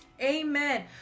Amen